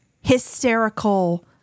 hysterical